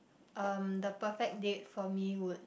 um the perfect date for me would